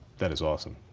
that is awesome.